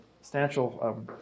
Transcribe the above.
substantial